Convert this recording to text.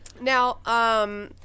Now